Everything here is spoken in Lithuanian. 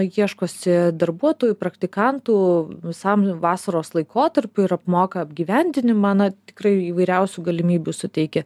ieškosi darbuotojų praktikantų visam vasaros laikotarpiui ir apmoka apgyvendinimą na tikrai įvairiausių galimybių suteikia